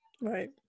Right